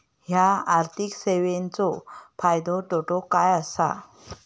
हया आर्थिक सेवेंचो फायदो तोटो काय आसा?